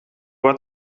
bat